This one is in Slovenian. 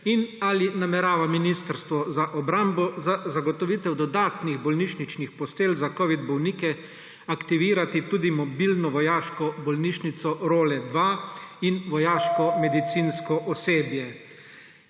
Ali namerava Ministrstvo za obrambo za zagotovitev dodatnih bolnišničnih postelj za covidne bolnike aktivirati tudi mobilno vojaško bolnišnico Role 2 in vojaško medicinsko osebje?